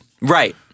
Right